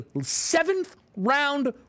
seventh-round